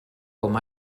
com